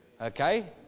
Okay